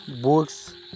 books